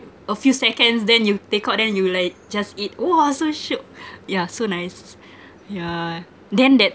a few seconds then you take out then you like just eat !wah! so shiok yeah so nice yeah then that